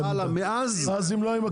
באמת למים,